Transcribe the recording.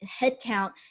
headcount